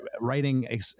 writing